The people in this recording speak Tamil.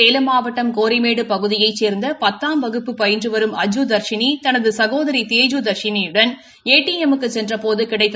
சேலம் மாவட்டம் கோர்மேடு பகுதியைச் சேர்ந்த பத்தாம் வகுப்பு பயின்று வரும் அஜ்ஜூ தர்ஷினி தனது சகோதரி தேஜு தர்ஷினியுடன் ஏ டி எம் க்கு சென்றபோது கிளடத்த